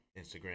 Instagram